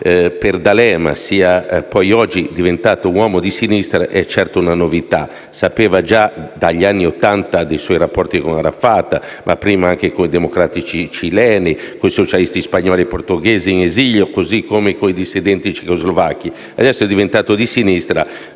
per D'Alema sia oggi diventato un uomo di sinistra è certo una novità. Sapeva già dagli anni Ottanta dei suoi rapporti con Arafat, ma prima anche con i democratici cileni, con i socialisti spagnoli e portoghesi in esilio, così come con i dissidenti cecoslovacchi. Adesso è diventato di sinistra